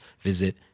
visit